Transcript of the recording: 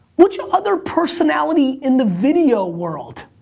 which other personality in the video world,